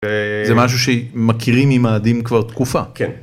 זה משהו שמכירים ממאדים כבר תקופה כן.